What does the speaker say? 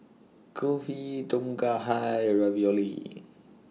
Kulfi Tom Kha Hai and Ravioli